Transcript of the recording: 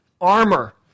armor